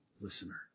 listener